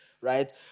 right